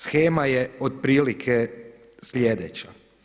Shema je otprilike sljedeća.